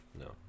No